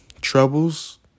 troubles